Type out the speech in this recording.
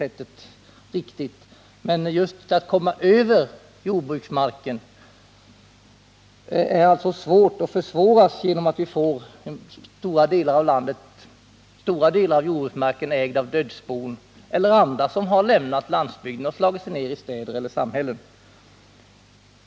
Men det är svårt att komma över jordbruksmark, och det försvåras genom att stora delar av jordbruksmarken kommer att ägas av dödsbon eller andra som har lämnat lantbruket och slagit sig ned i städer eller samhällen.